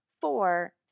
four